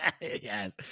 Yes